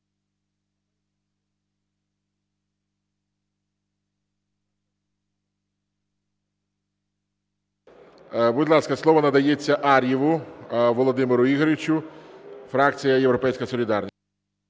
Будь ласка, слово надається Ар'єву Володимиру Ігоровичу, фракція "Європейська солідарність".